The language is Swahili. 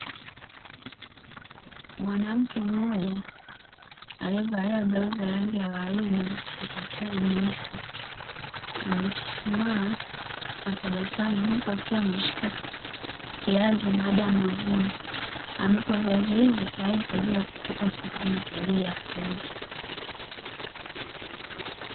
Mwanamke mmoja alievalia blauzi ya rangi ya uwaridi na kaptula nyeusi, amechuchuma kwa tabasamu, huku akiwa ameshika kiazi baada ya mavuno, ambapo viazi hivyo tayari kwa kupelekwa sokoni kwa ajili ya kuuzwa.